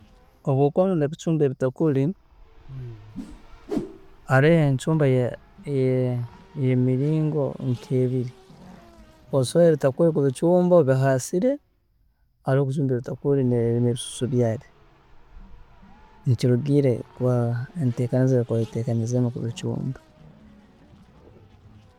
﻿Obu okuba noyenda kucumba ebitakuri, haroho encumba eyemiringo nkebiri, osobola ebitakuri kubicumba obihaasire, osobola kubicumba nebisusu byabyo, nikirugiirra enteekaniza eyi okuba oyeteekaniizeemu kubicumba